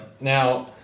Now